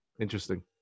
Interesting